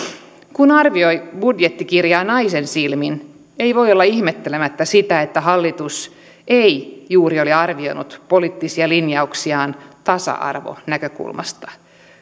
kun arvioi budjettikirjaa naisen silmin ei voi olla ihmettelemättä sitä että hallitus ei juuri ole arvioinut poliittisia linjauksiaan tasa arvonäkökulmasta